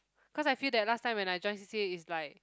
cause I feel that last time when I joined C_C_A is like